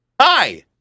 hi